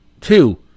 two